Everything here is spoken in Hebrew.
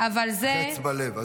חץ בלב.